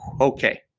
Okay